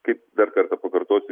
kaip dar kartą pakartosiu